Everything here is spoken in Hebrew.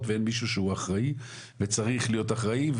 ואין מישהו שהוא אחראי וצריך להיות אחראי.